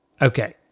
Okay